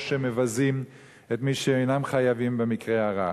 או שמבזים את מי שאינם חייבים במקרה הרע.